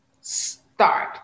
start